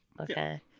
Okay